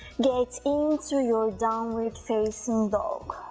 get into your downward facing dog